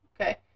Okay